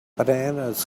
bananas